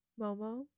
Momo